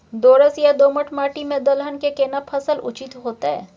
दोरस या दोमट माटी में दलहन के केना फसल उचित होतै?